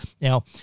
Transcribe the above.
Now